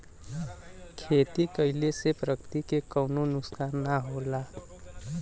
खेती कइले से प्रकृति के कउनो नुकसान ना होला